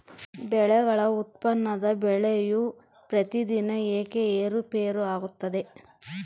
ಬೆಳೆಗಳ ಉತ್ಪನ್ನದ ಬೆಲೆಯು ಪ್ರತಿದಿನ ಏಕೆ ಏರುಪೇರು ಆಗುತ್ತದೆ?